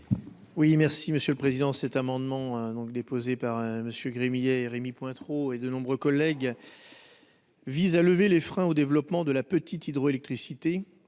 Oui, merci Monsieur le Président, cet amendement donc déposé par monsieur Gremillet, Rémy Pointereau et de nombreux collègues vise à lever les freins au développement de la petite hydroélectricité